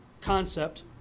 concept